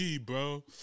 bro